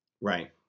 Right